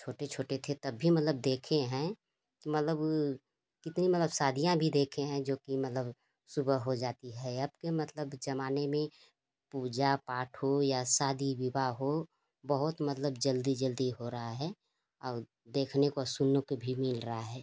छोटे छोटे थे तब भी मतलब देखे हैं कि मतलब कितनी मतलब शादियाँ भी देखें हैं जो कि मतलब सुबह हो जाती है अब के मतलब ज़माने में पूजा पाठ हो या शादी विवाह हो बहुत मतलब जल्दी जल्दी हो रहा है और देखने को सुनने को भी मिल रहा है